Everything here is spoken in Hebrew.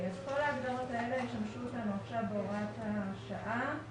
כל ההגדרות האלה ישמשו אותנו עכשיו בהוראת השעה.